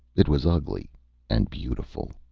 it was ugly and beautiful.